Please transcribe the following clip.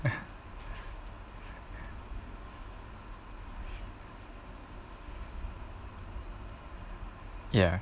ya